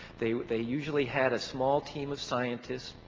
they they usually had a small team of scientists,